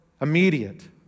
immediate